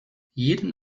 jeden